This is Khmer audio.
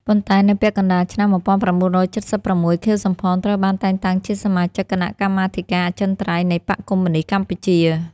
ប៉ុន្តែនៅពាក់កណ្តាលឆ្នាំ ១៩៧៦ ខៀវ សំផន ត្រូវបានតែងតាំងជាសមាជិកគណៈកម្មាធិការអចិន្រ្តៃយ៍នៃបក្សកុម្មុយនីស្តកម្ពុជា។